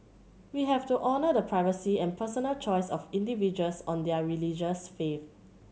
we have to honour the privacy and personal choice of individuals on their religious faith